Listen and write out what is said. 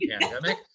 pandemic